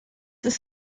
ist